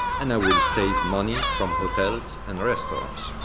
and i will save money from hotels and restaurants.